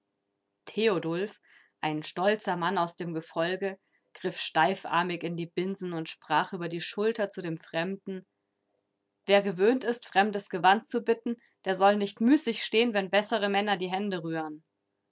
theodulf ein stolzer mann aus dem gefolge griff steifarmig in die binsen und sprach über die schulter zu dem fremden wer gewöhnt ist fremdes gewand zu bitten der soll nicht müßig stehen wenn bessere männer die hände rühren